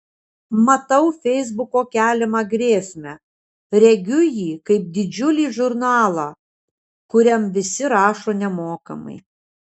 matau feisbuko keliamą grėsmę regiu jį kaip didžiulį žurnalą kuriam visi rašo nemokamai